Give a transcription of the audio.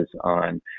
on